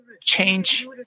change